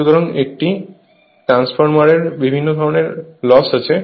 সুতরাং একটি ট্রান্সফরমারের বিভিন্ন ধরনের ক্ষয় আছে